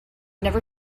never